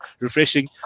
refreshing